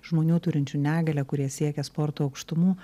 žmonių turinčių negalią kurie siekia sporto aukštumų